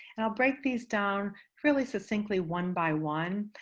and i'll break this down really succinctly one by one.